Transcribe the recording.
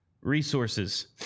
resources